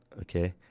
okay